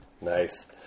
Nice